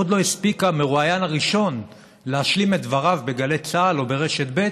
עוד לא הספיק המרואיין הראשון להשלים את דבריו בגלי צה"ל או ברשת ב',